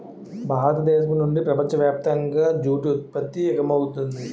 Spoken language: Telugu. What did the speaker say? భారతదేశం నుండి ప్రపంచ వ్యాప్తంగా జూటు ఉత్పత్తి ఎగుమవుతుంది